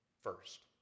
first